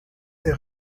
est